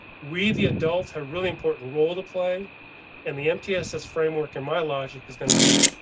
we, the adults have really important role to play and the mtss framework in my logic is going to be.